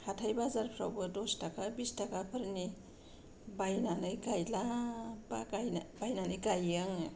हाथाय बाजारफ्रावबो दस थाखा बिस थाखाफोरनि बायनानै गायला बायनानै गायो आङो